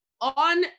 on